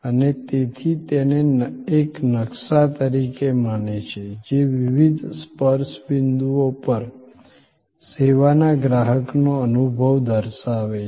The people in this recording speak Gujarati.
અને તેથી તે તેને એક નકશા તરીકે માને છે જે વિવિધ સ્પર્શ બિંદુઓ પર સેવાના ગ્રાહકનો અનુભવ દર્શાવે છે